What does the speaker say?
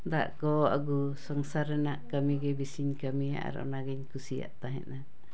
ᱫᱟᱜ ᱠᱚ ᱟᱹᱜᱩ ᱥᱚᱝᱥᱟᱨ ᱨᱮᱱᱟᱜ ᱠᱟᱹᱢᱤᱜᱮ ᱵᱤᱥᱤᱧ ᱠᱟᱹᱢᱤᱭᱟ ᱟᱨ ᱚᱱᱟ ᱜᱮᱧ ᱠᱩᱥᱤᱭᱟᱜ ᱛᱟᱦᱮᱱᱟ